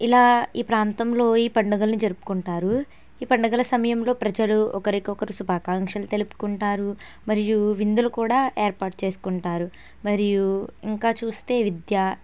ఇలా ఈ ప్రాంతంలో ఈ పండగల్ని జరుపుకుంటారు ఈ పండగల సమయంలో ప్రజలు ఒకరికొకరు శుభాకాంక్షలు తెలుపుకుంటారు మరియు విందులు కూడా ఏర్పాటు చేసుకుంటారు మరియు ఇంకా చూస్తే విద్య